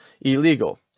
illegal